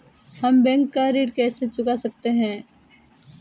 हम बैंक का ऋण कैसे चुका सकते हैं?